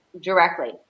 directly